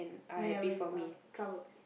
whatever you are troubled